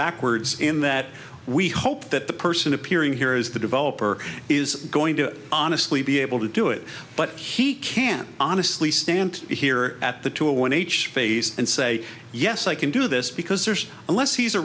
backwards in that we hope that the person appearing here is the developer is going to honestly be able to do it but he can't honestly stand here at the two a one h face and say yes i can do this because there's unless he's a